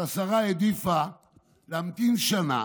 אבל השרה העדיפה להמתין שנה